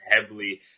heavily